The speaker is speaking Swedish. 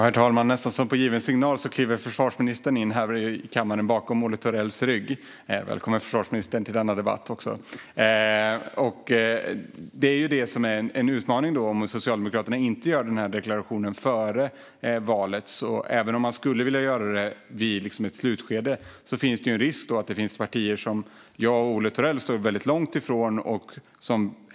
Herr talman! Nästan som på given signal kliver försvarsministern in här i kammaren bakom Olle Thorells rygg. Välkommen till denna debatt, försvarsministern! Om Socialdemokraterna inte gör den här deklarationen före valet blir det en utmaning. Även om man skulle vilja göra det i ett slutskede finns det en risk när det gäller partier som jag och Olle Thorell står långt ifrån.